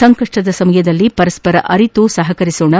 ಸಂಕಷ್ವದ ಸಮಯದಲ್ಲಿ ಪರಸ್ವರ ಅರಿತು ಸಹಕರಿಸೋಣ